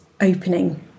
opening